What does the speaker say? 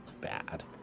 bad